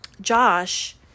josh